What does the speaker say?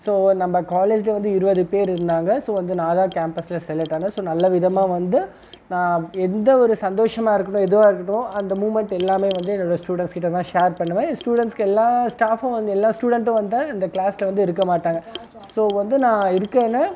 so நம்ம காலேஜில் வந்து இருபது பேர் இருந்தாங்க ஸோ வந்து நான் தான் கேம்பஸில் செலக்ட் ஆகினேன் ஸோ நல்ல விதமாக வந்து நான் எந்த ஒரு சந்தோசமாக இருக்கட்டும் எதுவாக இருக்கட்டும் அந்த மூமெண்ட் எல்லாம் வந்து ஸ்டூடெண்ஸ் கிட்ட தான் ஷேர் பண்ணுவேன் ஸ்டூடெண்ட்ஸுக்கு எல்லாம் ஸ்டாஃப்ம் வந்து எல்லா ஸ்டூடெண்ட்டும் வந்தால் அந்த கிளாஸில் வந்து இருக்கமாட்டாங்க ஸோ வந்து நான் இருக்கேன்னு